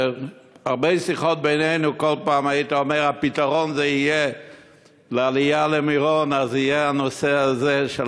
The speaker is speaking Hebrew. בהרבה שיחות בינינו כל פעם היית אומר: הפתרון לעלייה למירון יהיה הרכבת,